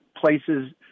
places